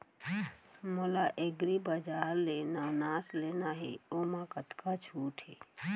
मोला एग्रीबजार ले नवनास लेना हे ओमा कतका छूट हे?